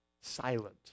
silent